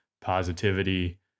positivity